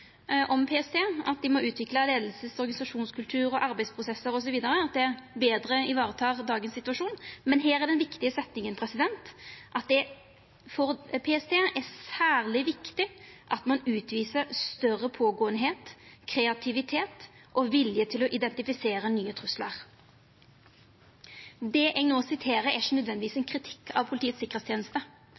om PST at dei «må utvikle ledelse, organisasjonskultur, arbeidsprosessar» osv., at det betre tek vare på dagens situasjon. Men her er den viktige setninga – at det for PST er «særlig viktig … å utvise større pågåenhet, kreativitet og vilje til å identifisere nye trusler». Det eg no siterer, er ikkje nødvendigvis ein kritikk av Politiets